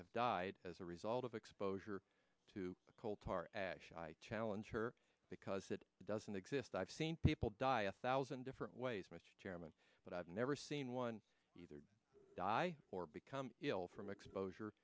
have died as a result of exposure to coal tar ash i challenge her because it doesn't exist i've seen people die a thousand different ways mr chairman but i've never seen one either die or become ill from exposure